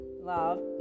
love